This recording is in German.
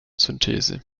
synthese